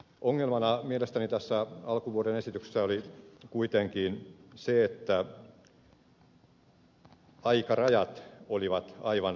ongelmana mielestäni tässä alkuvuoden esityksessä oli kuitenkin se että aikarajat olivat aivan liian tiukat